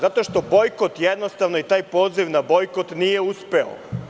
Zato što bojkot jednostavno i taj poziv na bojkot nije uspeo.